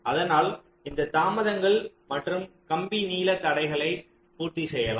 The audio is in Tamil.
அதனால் இந்த தாமதங்கள் மற்றும் கம்பி நீள தடைகளை பூர்த்தி செய்யலாம்